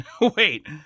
Wait